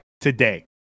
today